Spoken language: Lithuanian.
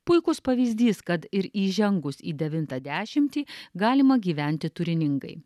puikus pavyzdys kad ir įžengus į devintą dešimtį galima gyventi turiningai